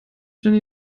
jenny